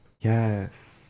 yes